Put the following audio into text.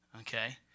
Okay